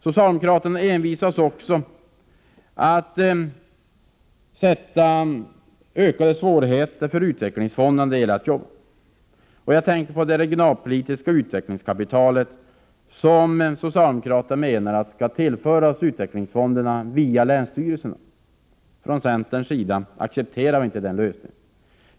Socialdemokraterna envisas också med att skapa ökade svårigheter för utvecklingsfondernas arbete. Jag tänker på det regionala utvecklingskapitalet, som enligt socialdemokraternas mening skall tillföras utvecklingsfonderna via länsstyrelserna. Från centerns sida accepterar vi inte den lösningen.